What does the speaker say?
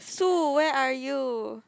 Sue where are you